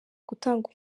gutanga